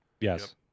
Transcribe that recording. Yes